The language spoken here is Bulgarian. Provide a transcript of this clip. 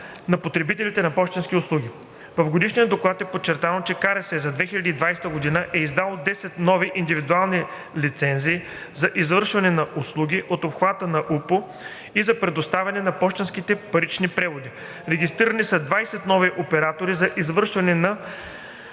на потребителите на пощенски услуги. В Годишния доклад е подчертано, че КРС за 2020 г. е издала 10 нови индивидуални лицензии за извършване на услуги от обхвата на УПУ и за предоставяне на „пощенски парични преводи“. Регистрирани са 20 нови оператора за извършване на